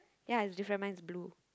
ya it's different my is blue